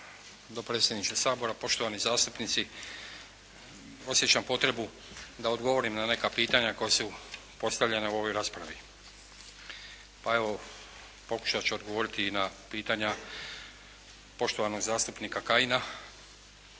dopredsjedniče Sabora, poštovani zastupnici. Osjećam potrebu da odgovorim na neka pitanja koja su postavljena u ovoj raspravi. Pa evo, pokušati ću odgovoriti i na pitanja poštovanog zastupnika Kajina.